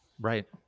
Right